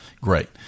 Great